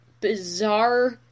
bizarre